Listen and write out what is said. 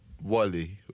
Wally